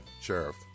Sheriff